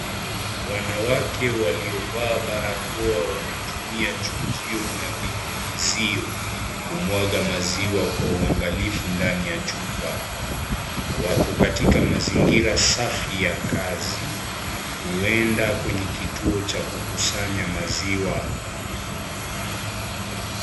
Wanawake waliovaa barakoa wanatumia chujio na vinyunyizio, kumwaga maziwa kwa uangalifu ndani ya chupa. Wako katika mazingira safi ya kazi, huenda kwenye kituo cha kukusanya maziwa.